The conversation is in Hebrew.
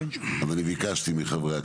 אני ביקשתי מחברי הכנסת,